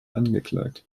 angeklagt